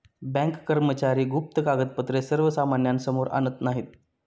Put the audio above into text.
bank कर्मचारी गुप्त कागदपत्रे सर्वसामान्यांसमोर आणत नाहीत